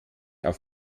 auf